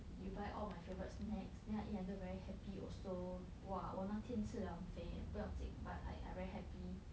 you buy all my favourite snacks then I eat until very happy also !wah! 我那边吃 liao 很肥不用紧 but like I very happy